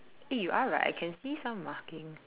eh you are right I can see some markings